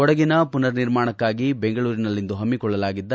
ಕೊಡಗಿನ ಪುನರ್ ನಿರ್ಮಾಣಕ್ಕಾಗಿ ಬೆಂಗಳೂರಿನಲ್ಲಿಂದು ಹಮ್ಮಿಕೊಳ್ಳಲಾಗಿದ್ದ